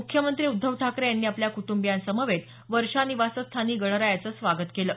मुख्यमंत्री उद्धव ठाकरे यांनी आपल्या कुटंबीयांसमवेत वर्षा निवासस्थानी गणरायाचं स्वागत केलं